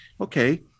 okay